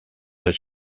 that